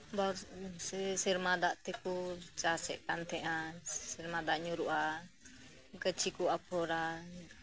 ᱥᱮᱨᱢᱟ ᱫᱟᱜ ᱛᱮᱠᱩ ᱪᱟᱥᱮᱫ ᱠᱟᱱ ᱛᱟᱦᱮᱱᱟ ᱥᱮᱨᱢᱟ ᱫᱟᱜ ᱧᱩᱨᱩᱜᱼᱟ ᱜᱟᱹᱪᱷᱤᱠᱩ ᱟᱯᱷᱚᱨᱟ